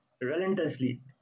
relentlessly